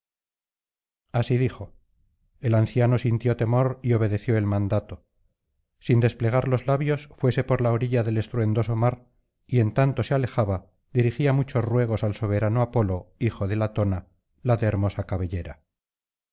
así dijo el anciano sintió temor y obedeció el mandato sin desplegar los labios fuese por la orilla del estruendoso mar y en tanto se alejaba dirigía muchos ruegos al soberano apolo hijo de latona la de hermosa cabellera